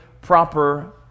proper